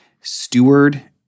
steward